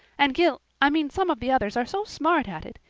and gil i mean some of the others are so smart at it.